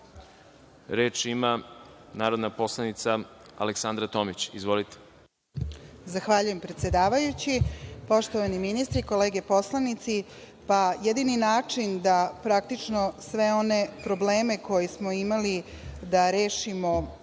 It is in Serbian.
reč? Reč ima narodna poslanica Aleksandra Tomić. Izvolite. **Aleksandra Tomić** Zahvaljujem, predsedavajući. Poštovani ministri, kolege poslanici, pa jedini način da praktično sve one probleme koje smo imali da rešimo,